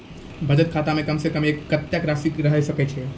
बचत खाता म कम से कम कत्तेक रासि रहे के चाहि?